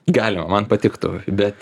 galima man patiktų bet